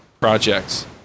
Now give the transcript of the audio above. projects